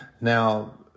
now